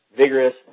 vigorous